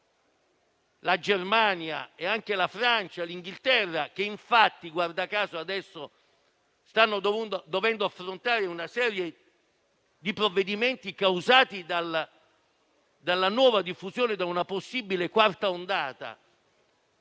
la Germania e anche la Francia e il Regno Unito, che - guarda caso - adesso devono affrontare una serie di provvedimenti causati dalla nuova diffusione e da una possibile quarta ondata